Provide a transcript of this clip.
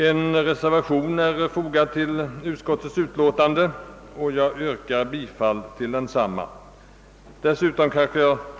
En reservation är fogad till utskottets utlåtande, och jag yrkar bifall till denna.